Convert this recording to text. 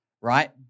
right